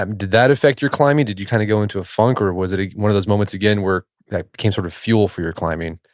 um did that affect your climbing? did you kind of go into a funk or was it one of those moments again where that became sort of fuel for your climbing?